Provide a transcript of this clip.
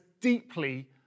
deeply